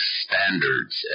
standards